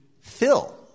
fill